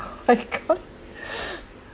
oh my god